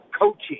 coaching